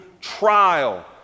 trial